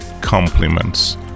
compliments